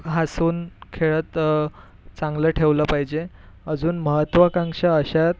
हसवून खेळत चांगलं ठेवलं पाहिजे अजून महत्त्वाकांक्षा अशा आहेत